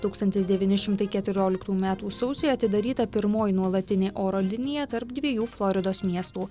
tūkstantis devyni šimtai keturioliktų metų sausį atidaryta pirmoji nuolatinė oro linija tarp dviejų floridos miestų